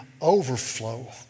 overflow